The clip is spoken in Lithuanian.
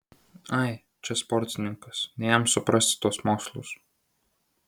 ai čia sportininkas ne jam suprasti tuos mokslus